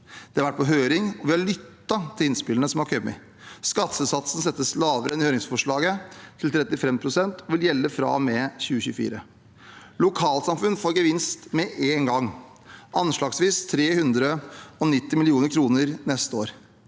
Det har vært på høring, og vi har lyttet til innspillene som har kommet. Skattesatsen settes lavere enn i høringsforslaget, til 35 pst., og vil gjelde fra og med 2024. Lokalsamfunn får gevinst med en gang, anslagsvis 390 mill. kr neste år.